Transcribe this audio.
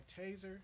taser